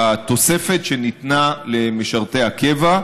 התוספת שניתנה למשרתי הקבע,